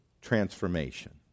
transformation